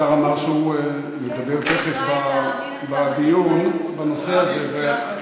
השר אמר שהוא ידבר תכף בדיון בנושא הזה -- מן הסתם,